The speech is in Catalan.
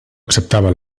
acceptava